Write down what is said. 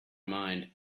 mind